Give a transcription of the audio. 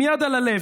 עם יד על הלב,